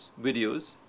videos